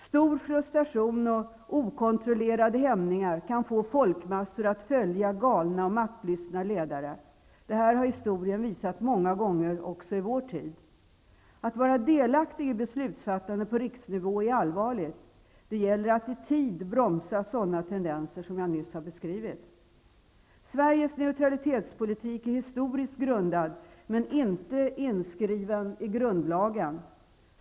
Stor frustration och okontrollerade hämningar kan få folkmassor att följa galna och maktlystna ledare. Det har historien visat många gånger även i vår tid. Att vara delaktig i beslutsfattande på riksnivå är allvarligt. Det gäller att i tid bromsa sådana tendenser som jag nyss har beskrivit. Sveriges neutralitetspolitik är historiskt grundad men inte inskriven i grundlagen.